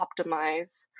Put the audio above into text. optimize